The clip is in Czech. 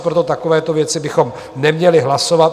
Proto takovéto věci bychom neměli hlasovat.